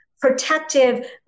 protective